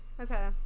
Okay